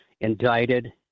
indicted